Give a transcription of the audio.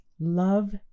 love